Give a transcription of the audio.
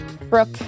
Brooke